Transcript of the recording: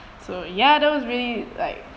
so ya that was really like